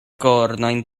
kornojn